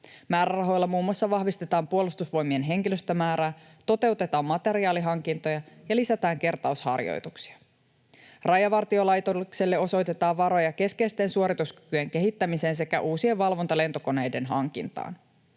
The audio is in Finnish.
Määrärahoilla muun muassa vahvistetaan Puolustusvoimien henkilöstömäärää, toteutetaan materiaalihankintoja ja lisätään kertausharjoituksia. Rajavartiolaitokselle osoitetaan varoja keskeisten suorituskykyjen kehittämiseen sekä uusien valvontalentokoneiden hankintaan.